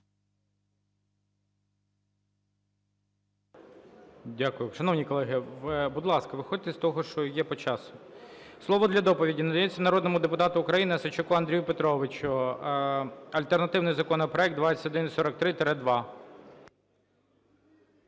Дякую. Шановні колеги, будь ласка, виходьте з того, що є по часу. Слово для доповіді надається народному депутату України Осадчуку Андрію Петровичу, альтернативний законопроект 2143-2.